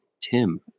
Tim